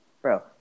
Bro